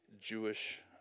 Jewish